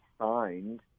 signed